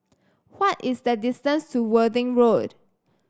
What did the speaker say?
why is the distance to Worthing Road